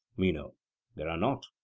meno there are not.